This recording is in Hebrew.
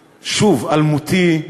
שוב, אלמותי,